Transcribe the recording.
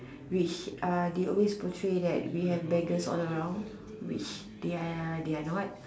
which uh they always portray that we have beggars all around which they are they are not